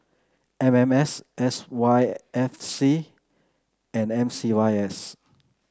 M M S S Y F C and M C Y S